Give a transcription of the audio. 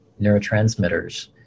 neurotransmitters